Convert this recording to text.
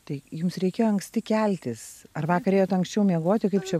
tai jums reikėjo anksti keltis ar vakar ėjot anksčiau miegoti kaip čia